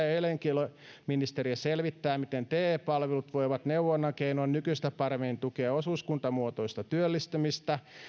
ja elinkeinoministeriö selvittää miten te palvelut voivat neuvonnan keinoin nykyistä paremmin tukea osuuskuntamuotoista työllistymistä